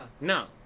No